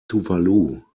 tuvalu